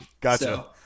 Gotcha